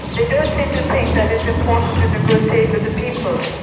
they don't seem to think that it's important to negotiate with the people.